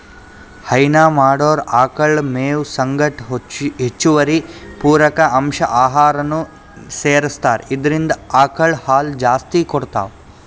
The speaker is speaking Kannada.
ಹೈನಾ ಮಾಡೊರ್ ಆಕಳ್ ಮೇವ್ ಸಂಗಟ್ ಹೆಚ್ಚುವರಿ ಪೂರಕ ಅಂಶ್ ಆಹಾರನೂ ಸೆರಸ್ತಾರ್ ಇದ್ರಿಂದ್ ಆಕಳ್ ಹಾಲ್ ಜಾಸ್ತಿ ಕೊಡ್ತಾವ್